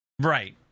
Right